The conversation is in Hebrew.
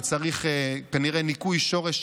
וצריך כנראה ניקוי מהשורש,